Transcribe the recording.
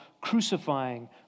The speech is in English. crucifying